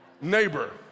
Neighbor